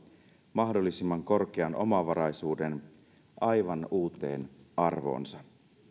mahdollisimman korkean omavaraisuuden aivan uuteen arvoonsa